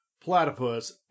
platypus